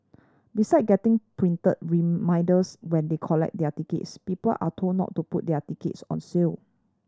beside getting printed reminders when they collect their tickets people are told not to put their tickets on sale